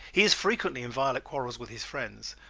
he is frequently in violent quarrels with his friends,